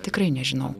tikrai nežinau